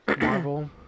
Marvel